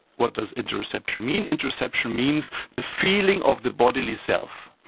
what does interoception mean? interoception means the feeling of the bodily self.